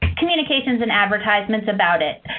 communications and advertisements about it.